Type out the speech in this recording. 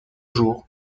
jours